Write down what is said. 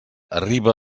arriba